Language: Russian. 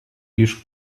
лишь